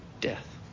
death